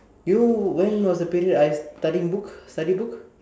you when was the period I studying books study books